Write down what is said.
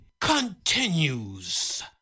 continues